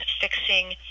fixing